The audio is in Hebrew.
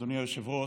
אדוני היושב-ראש,